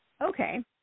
Okay